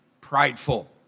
prideful